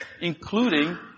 including